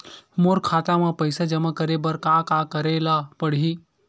मोर खाता म पईसा जमा करे बर का का करे ल पड़हि?